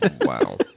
Wow